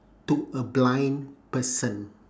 to a blind person